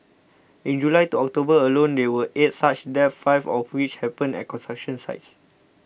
in July to October alone there were eight such deaths five of which happened at construction sites